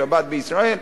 שבת בישראל,